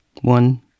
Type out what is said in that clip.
One